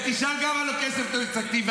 ותשאל גם על הכסף של התקציב.